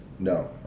No